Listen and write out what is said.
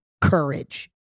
courage